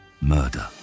murder